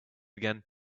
again